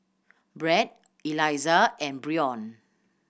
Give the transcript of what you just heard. Bret Eliza and Bryon